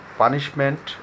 punishment